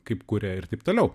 kaip kuria ir taip toliau